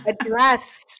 address